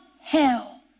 hell